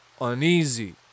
uneasy